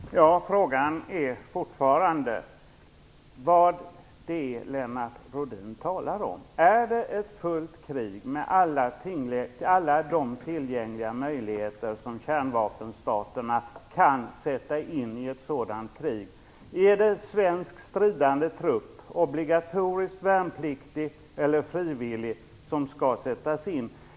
Herr talman! Frågan är fortfarande vad Lennart Rohdin talar om. Talar han om ett fullt krig med alla de tillgängliga medel som kärnvapenstaterna kan sätta in? Skall en svensk stridande trupp, obligatoriskt värnpliktig eller frivillig, sättas in?